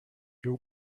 your